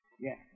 Yes